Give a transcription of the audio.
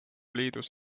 liidus